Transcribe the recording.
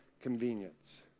convenience